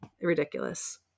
Ridiculous